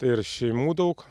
tai ir šeimų daug